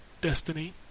Destiny